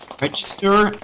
Register